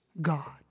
God